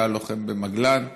שהיה לוחם במגל"ן,